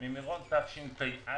ממירון תשפ"א